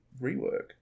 rework